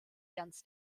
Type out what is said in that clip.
ganz